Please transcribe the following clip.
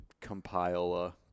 compile